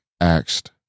asked